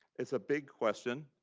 it's a big question.